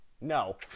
No